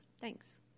Thanks